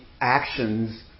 actions